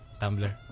tumblr